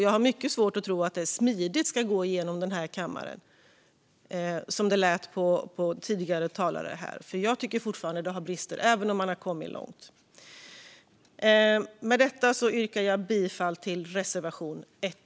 Jag har mycket svårt att tro att detta ska gå smidigt genom den här kammaren, som det lät på tidigare talare här. Jag tycker fortfarande att detta har brister, även om man har kommit långt. Med detta yrkar jag bifall till reservation 1.